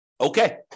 Okay